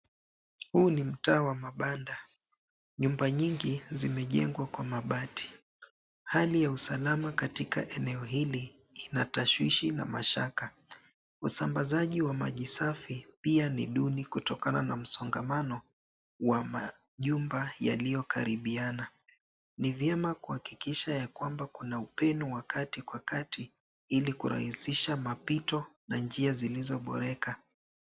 Huu ni mtaa wa mabanda. Nyumba nyingi zimejengwa kwa mabati. Hali ya usalama katika eneo hili inatashwishi na mashaka. Usambazaji wa maji safi pia ni duni kutokana na msongamano wa majumba yaliyokaribiana. Ni vyema kuhakikisha yakwamba kuna upeno wa kati kwa kati ili kurahisisha mapito na njia zilizoboreka.